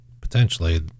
potentially